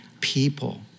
people